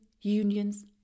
Union's